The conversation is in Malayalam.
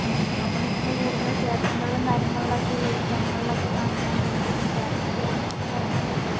അപ്പോന്ന് വെച്ചിട്ടുണ്ടെങ്കിൽ കൂടുതലും ക്ഷേത്രങ്ങളിലും കാര്യങ്ങളിലുമൊക്കെയുള്ള ഉത്സവങ്ങളിലൊക്കെ കാണുന്നതാണ് നമുക്കീ തീയാട്ട് തീയാട്ടെന്നൊക്കെ പറയുമ്പോൾ നമുക്ക്